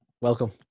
Welcome